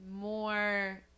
more